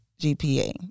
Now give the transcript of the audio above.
GPA